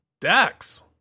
Dax